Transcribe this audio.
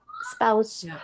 spouse